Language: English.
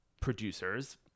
producers